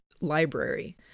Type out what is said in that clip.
library